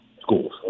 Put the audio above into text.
schools